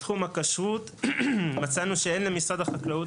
בתחום הכשרות מצאנו שאין למשרד החקלאות